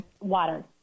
Water